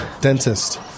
dentist